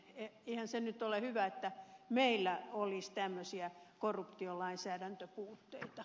eihän se nyt ole hyvä että meillä olisi tämmöisiä korruptiolainsäädäntöpuutteita